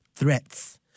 threats